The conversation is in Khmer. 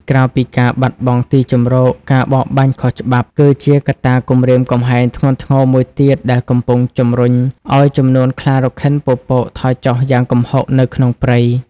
ក្រៅពីការបាត់បង់ទីជម្រក ការបរបាញ់ខុសច្បាប់ គឺជាកត្តាគំរាមកំហែងធ្ងន់ធ្ងរមួយទៀតដែលកំពុងជំរុញឲ្យចំនួនខ្លារខិនពពកថយចុះយ៉ាងគំហុកនៅក្នុងព្រៃ។